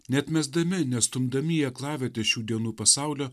neatmesdami nestumdami į aklavietę šių dienų pasaulio